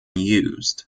used